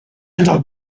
into